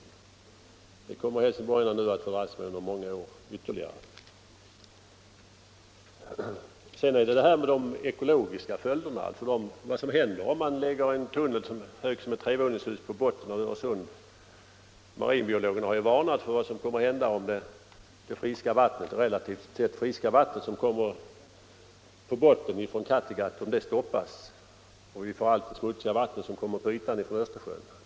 Men detta kommer Helsingborgarna nu att få dras med under ytterligare många år. Sedan har vi de ekologiska följderna, vad som händer om man lägger en tunnel, hög som ett trevåningshus, på botten av Öresund. Marinbiologerna har varnat för att det relativt friska vatten som på botten kommer från Kattegatt stoppas och vi i stället får allt det smutsiga vattnet som kommer på ytan från Östersjön.